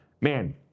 man